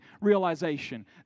realization